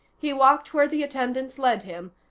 he walked where the attendants led him,